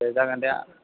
दे जागोन दे